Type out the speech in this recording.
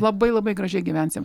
labai labai gražiai gyvensim